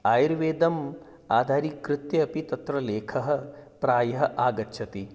आयुर्वेदम् आधारीकृत्य अपि तत्र लेखः प्रायः आगच्छति